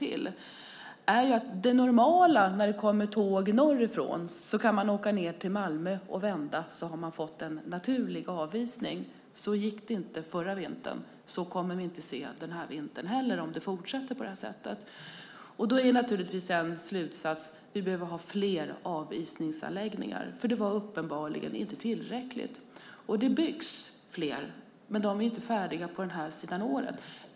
Det är att i normala fall kan tåg norrifrån åka ned till Malmö och vända och få en naturlig avisning. Det gick inte förra vintern. Det kommer vi inte att se den här vintern heller, om det fortsätter på det här sättet. Då är naturligtvis en slutsats att vi behöver ha fler avisningsanläggningar, för det var uppenbarligen inte tillräckligt. Det byggs fler, men de är inte färdiga på den här sidan årsskiftet.